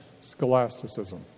Scholasticism